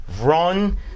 run